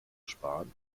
sparen